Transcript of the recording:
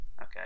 okay